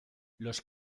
los